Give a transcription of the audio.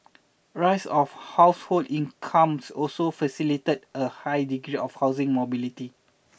rise of household incomes also facilitated a high degree of housing mobility